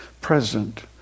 present